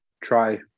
try